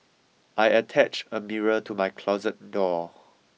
I attach a mirror to my closet door